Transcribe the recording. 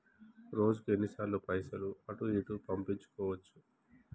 రోజుకు ఎన్ని సార్లు పైసలు అటూ ఇటూ పంపించుకోవచ్చు?